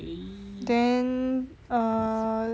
then err